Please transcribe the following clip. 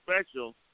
special